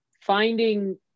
finding